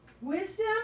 Wisdom